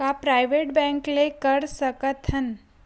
का private bank ले कर सकत हन?